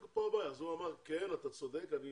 אז הוא אמר כן, אתה צודק, אני